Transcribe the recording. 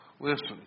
Listen